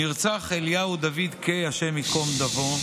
נרצח אליהו דוד קיי, השם ייקום דמו,